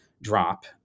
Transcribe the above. drop